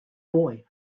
boy